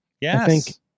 Yes